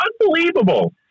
unbelievable